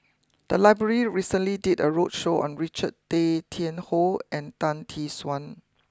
the library recently did a roadshow on Richard Tay Tian Hoe and Tan Tee Suan